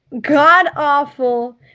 god-awful